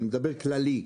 כללי.